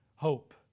Hope